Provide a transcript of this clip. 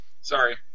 Sorry